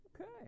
okay